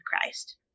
Christ